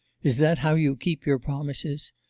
is that how you keep your promises?